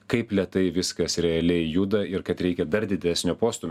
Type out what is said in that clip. kaip lėtai viskas realiai juda ir kad reikia dar didesnio postūmio